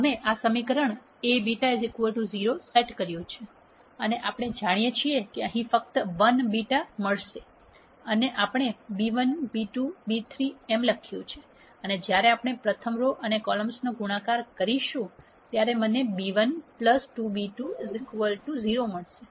તેથી અમે આ સમીકરણ A β 0 સેટ કર્યું છે અને આપણે જાણીએ છીએ કે અહીં ફક્ત 1 β મળશે અને આપણે b1 b2 b3 લખ્યું છે અને જ્યારે આપણે પ્રથમ રો અને કોલ્મસ નો ગુણાકાર કરીશું ત્યારે મને b1 2b2 0 મળશે